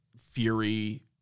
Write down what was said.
Fury